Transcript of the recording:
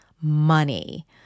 money